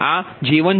તો આ J1 J2એ 1 n નથી